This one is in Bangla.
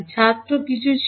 ছাত্র কিছু ছিল